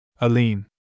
Aline